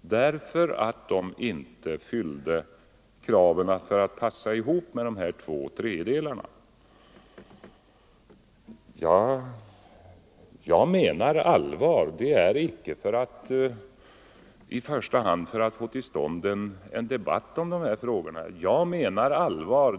därför att de inte fyllde kraven att passa ihop med de återstående två tredjedelarna. Jag menar allvar och säger inte detta i första hand för att få till stånd en debatt om de här frågorna.